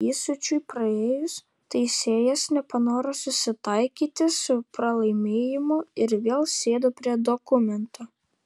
įsiūčiui praėjus teisėjas nepanoro susitaikyti su pralaimėjimu ir vėl sėdo prie dokumento